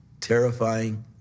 terrifying